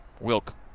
Wilk